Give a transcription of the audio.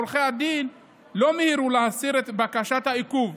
ועורכי הדין לא מיהרו להסיר את בקשת העיכוב.